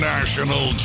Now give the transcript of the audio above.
National